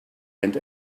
and